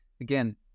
again